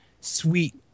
sweet